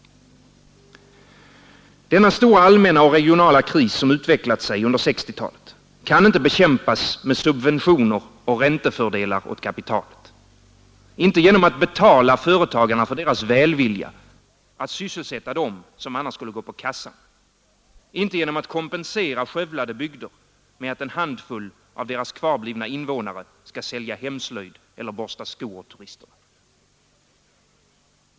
— Denna stora allmänna och regionala kris, som utvecklat sig under Den regional 1960-talet, kan inte bekämpas med subventioner och räntefördelar åt — Politiska stödverkkapitalet, inte genom att betala företagarna för deras välvilja att samheten m.m. sysselsätta dem som annars skulle gå på kassan, inte genom att söka kompensera skövlade bygder med att en handfull av deras kvarblivna invånare skall sälja hemslöjd eller borsta skor åt turisterna.